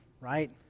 right